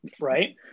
right